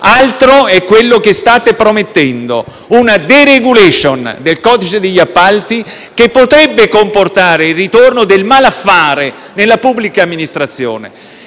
cosa è ciò che state promettendo: una *deregulation* del codice degli appalti che potrebbe comportare il ritorno del malaffare nella pubblica amministrazione.